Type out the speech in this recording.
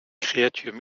créature